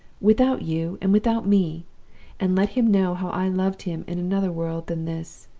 without you and without me and let him know how i loved him in another world than this,